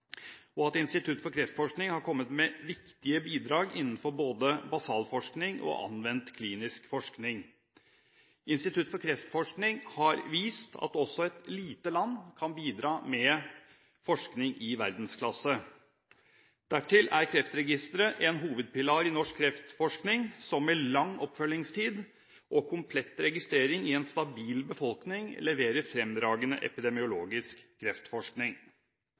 og at Institutt for kreftforskning har kommet med viktige bidrag innenfor både basalforskning og anvendt klinisk forskning. Institutt for kreftforskning har vist at også et lite land kan bidra med forskning i verdensklasse. Dertil er Kreftregisteret en hovedpilar i norsk kreftforskning, som med lang oppfølgingstid og komplett registrering i en stabil befolkning leverer fremragende epidemiologisk kreftforskning.